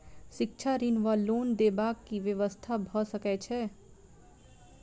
शिक्षा ऋण वा लोन देबाक की व्यवस्था भऽ सकै छै?